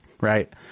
Right